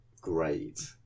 great